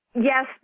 yes